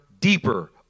deeper